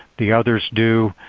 the others do.